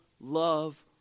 love